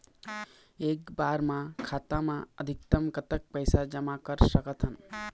एक बार मा खाता मा अधिकतम कतक पैसा जमा कर सकथन?